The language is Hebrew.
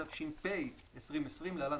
התש"ף - 2020 (להלן,